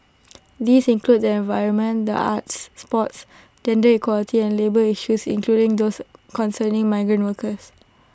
these include their environment the arts sports gender equality and labour issues including those concerning migrant workers